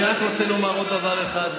אני רק רוצה לומר עוד דבר אחד,